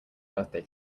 birthday